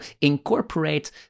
incorporate